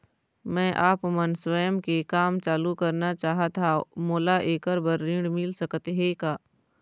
मैं आपमन स्वयं के काम चालू करना चाहत हाव, मोला ऐकर बर ऋण मिल सकत हे का?